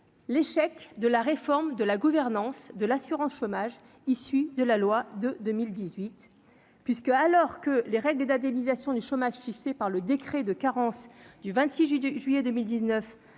l'échec de la réforme de la gouvernance de l'assurance chômage, issues de la loi de 2018 puisque, alors que les règles d'indemnisation du chômage, Cissé par le décret de carence du vingt-six,